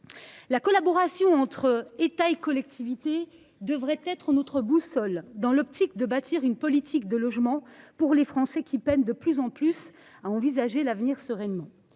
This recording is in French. La collaboration entre État et collectivités devrait être notre boussole, dans l’optique de bâtir une politique du logement pour les Français, qui peinent de plus à envisager l’avenir sereinement.